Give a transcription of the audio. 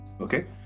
Okay